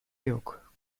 yok